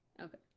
Okay